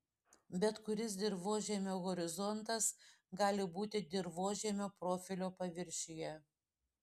bet kuris dirvožemio horizontas gali būti dirvožemio profilio paviršiuje